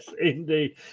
indeed